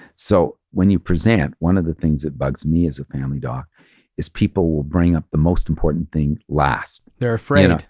so when you present, one of the things that bugs me as a family doc is people will bring up the most important thing last. they're afraid.